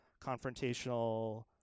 confrontational